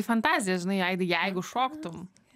fantazijas žinai aidai jeigu šoktum